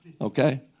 Okay